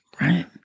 right